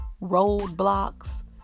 roadblocks